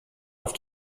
auf